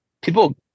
people